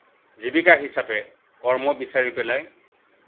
জীৱিকা হিচাপে কৰ্ম বিচাৰি পেলাই